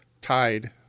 tied